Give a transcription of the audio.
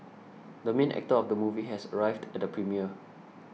the main actor of the movie has arrived at the premiere